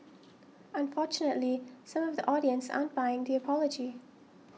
unfortunately some of the audience aren't buying the apology